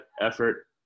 effort